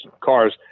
cars